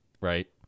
right